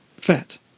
fat